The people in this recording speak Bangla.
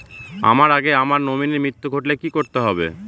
আমার আগে আমার নমিনীর মৃত্যু ঘটলে কি করতে হবে?